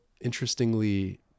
interestingly